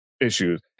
issues